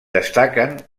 destaquen